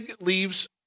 leaves